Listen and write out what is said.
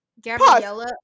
Gabriella